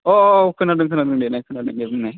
अ अ औ खोनादों देनाय खोनादों दे बुंनाय